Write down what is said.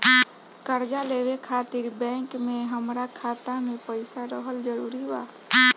कर्जा लेवे खातिर बैंक मे हमरा खाता मे पईसा रहल जरूरी बा?